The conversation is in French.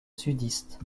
sudistes